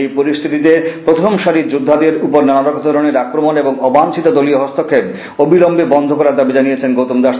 এই পরিস্থিতিতে প্রথমসারির যোদ্ধাদের উপর নানাধরনের আক্রমণ এবং অবাঞ্ছিত দলীয় হস্তক্ষেপ অবিলম্বে বন্ধ করার দাবি জানিয়েছেন গৌতম দাস